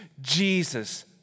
Jesus